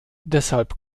deshalb